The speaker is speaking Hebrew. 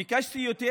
ביקשתי יותר